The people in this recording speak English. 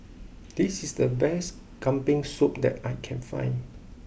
this is the best Kambing Soup that I can find